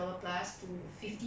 tempting right